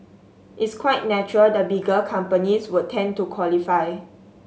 it's quite natural the bigger companies would tend to qualify